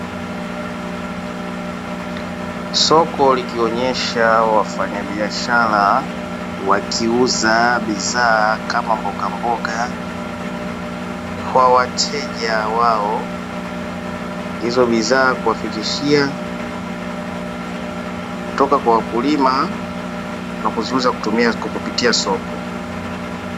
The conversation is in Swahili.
Soko likionyesha wafanyabiashara wakiuza bidhaa kama mbogamboga kwa wateja wao, hizo bidhaa kuwapitishia kutoka kwa wakulima na kuziuza kutumia kwa kupitia soko.